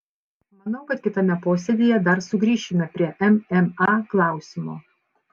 manau kad kitame posėdyje dar sugrįšime prie mma klausimo